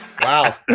Wow